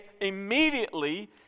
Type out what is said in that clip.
immediately